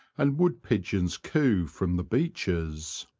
and wood pigeons coo from the beeches.